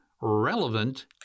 relevant